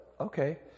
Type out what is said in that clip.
Okay